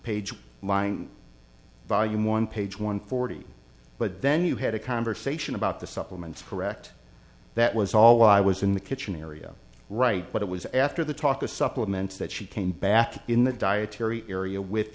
volume one page one forty but then you had a conversation about the supplements correct that was all i was in the kitchen area right but it was after the talk of supplements that she came back in the dietary area with